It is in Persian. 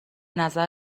نظر